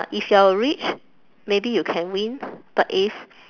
if you're rich maybe you can win but if